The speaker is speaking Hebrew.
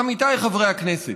עמיתיי חברי הכנסת,